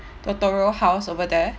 totoro house over there